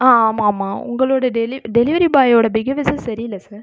ஆ ஆமாம் ஆமாம் உங்களோடய டெலி டெலிவரி பாய்யோட பிகேவியர்ஸே சரியில்லை சார்